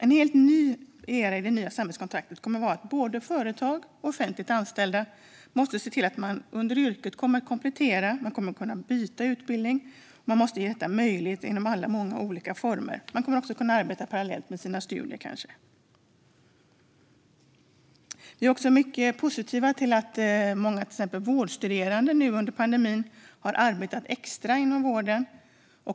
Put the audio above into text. En helt ny era i det nya samhällskontraktet kommer att vara att ba°de fo ̈retag och offentligt anställda måste se till att man under yrkeslivet kommer att kunna komplettera och byta utbildning. Man måste göra detta möjligt i många olika former. Man kommer kanske också att kunna arbeta parallellt med sina studier. Vi är mycket positiva till att många vårdstuderande, till exempel, nu under pandemin har arbetat extra inom vården.